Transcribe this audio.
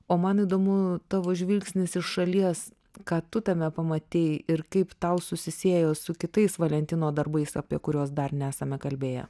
o man įdomu tavo žvilgsnis iš šalies ką tu tame pamatei ir kaip tau susisiejo su kitais valentino darbais apie kuriuos dar nesame kalbėję